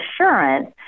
assurance